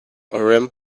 urim